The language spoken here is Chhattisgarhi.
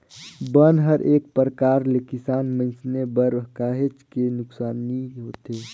बन हर एक परकार ले किसान मइनसे बर काहेच के नुकसानी होथे